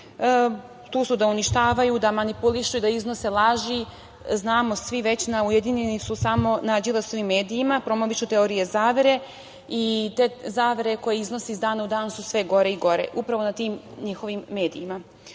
tu su da uništavaju, da manipulišu i da iznose laži. Znamo svi već, ujedinjeni su samo na Đilasovim medijima. Promovišu teorije zavere i te zavere koje iznose iz dana u danu sve gore i gore, upravo na tim njihovim medijima.